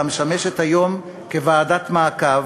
המשמשת היום כוועדת מעקב,